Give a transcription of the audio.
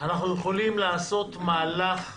אנחנו יכולים לעשות מהלך,